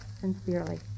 sincerely